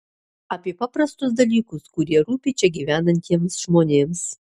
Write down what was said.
apie paprastus dalykus kurie rūpi čia gyvenantiems žmonėms